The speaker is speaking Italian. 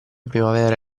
primavera